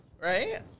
Right